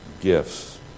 gifts